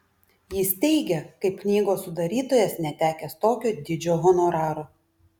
jis teigia kaip knygos sudarytojas netekęs tokio dydžio honoraro